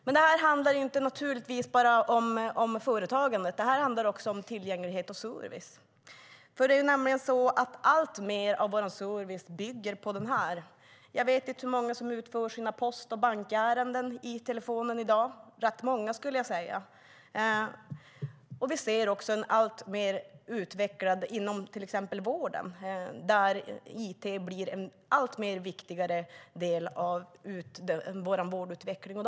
Men det här handlar inte bara om företagande, utan det handlar också om tillgänglighet och service. Alltmer av vår service bygger på mobiltelefonen. Jag vet inte hur många som utför sina post och bankärenden med telefonen i dag - rätt många, skulle jag tro. Inom till exempel vården blir it allt viktigare för vårdutvecklingen.